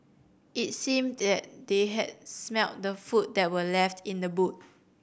it seemed that they had smelt the food that were left in the boot